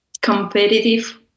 competitive